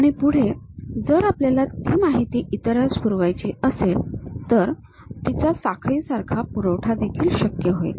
आणि पुढे जर आपल्याला ती माहिती इतरांस पुरवायची असेल तर तीचा साखळी सारखा पुरवठा देखील शक्य होईल